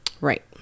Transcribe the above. Right